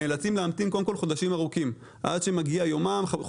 נאלצים להמתין חודשים ארוכים עד שמגיע יומם.